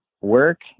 work